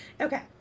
okay